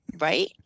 right